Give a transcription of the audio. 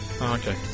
okay